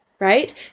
right